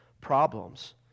problems